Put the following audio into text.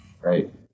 Right